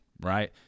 right